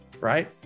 right